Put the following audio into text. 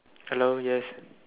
hello yes